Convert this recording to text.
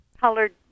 colored